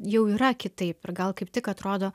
jau yra kitaip ir gal kaip tik atrodo